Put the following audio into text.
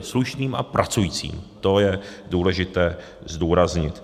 Slušným a pracujícím, to je důležité zdůraznit.